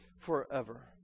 forever